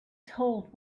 told